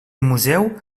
museu